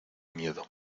miedo